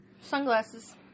Sunglasses